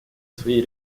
своей